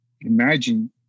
imagine